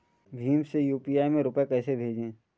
भीम से यू.पी.आई में रूपए कैसे भेजें?